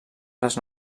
les